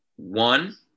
One